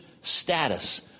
status